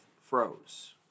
froze